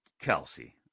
Kelsey